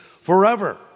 forever